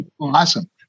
Awesome